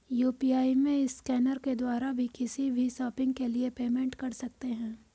UPI में scanner के द्वारा भी किसी भी शॉपिंग के लिए पेमेंट कर सकते है